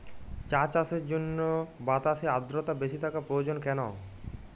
চা চাষের জন্য বাতাসে আর্দ্রতা বেশি থাকা প্রয়োজন কেন?